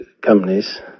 companies